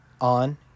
on